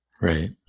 Right